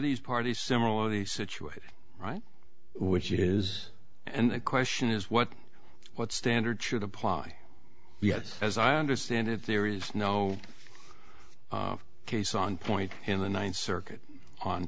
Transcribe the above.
these parties similarly situated right which it is and the question is what what standard should apply yes as i understand it there is no case on point in the ninth circuit on